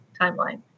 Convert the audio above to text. timeline